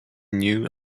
new